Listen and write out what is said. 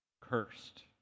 Cursed